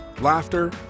laughter